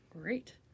Great